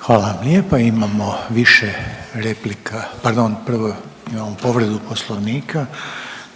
Hvala lijepa. Imamo više replika, pardon prvo imamo povredu poslovnika,